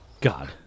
God